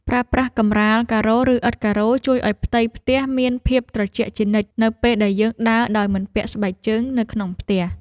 ប្រើប្រាស់កម្រាលការ៉ូឬឥដ្ឋការ៉ូជួយឱ្យផ្ទៃផ្ទះមានភាពត្រជាក់ជានិច្ចនៅពេលដែលយើងដើរដោយមិនពាក់ស្បែកជើងនៅក្នុងផ្ទះ។